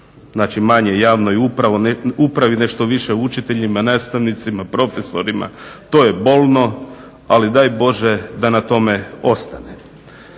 znači manje javnoj upravi nešto više učiteljima, nastavnicima, profesorima to je bolno ali daj Bože da na tome ostane.